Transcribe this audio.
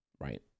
right